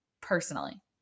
personally